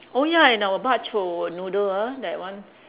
oh ya and our bak-chor noodle ah that one